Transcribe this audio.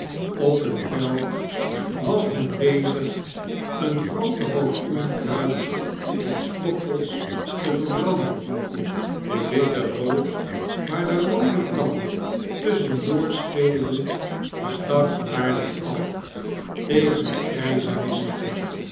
op een veld was men bezig eein groote hoop onkruid of stoppels te verbranden de witte rook waar de roode vlam tusschen door speelde stek aardig af tegen den grijzen mist